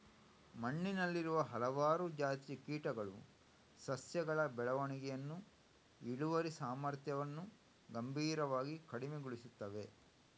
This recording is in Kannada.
ಮಣ್ಣಿನಲ್ಲಿರುವ ಹಲವಾರು ಜಾತಿಯ ಕೀಟಗಳು ಸಸ್ಯಗಳ ಬೆಳವಣಿಗೆಯನ್ನು, ಇಳುವರಿ ಸಾಮರ್ಥ್ಯವನ್ನು ಗಂಭೀರವಾಗಿ ಕಡಿಮೆಗೊಳಿಸುತ್ತವೆ